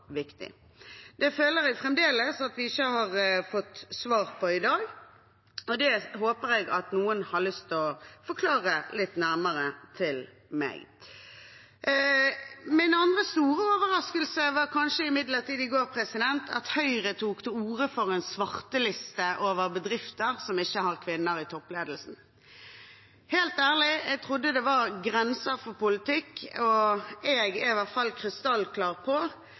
viktig? Det føler jeg fremdeles ikke at vi har fått svar på i dag, og det håper jeg at noen har lyst til å forklare meg litt nærmere. Min andre store overraskelse var imidlertid at Høyre i går tok til orde for å svarteliste bedrifter som ikke har kvinner i toppledelsen. Helt ærlig: Jeg trodde det var grenser for politikk, og jeg er i hvert fall krystallklar på